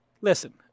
Listen